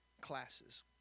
classes